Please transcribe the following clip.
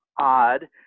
odd